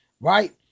right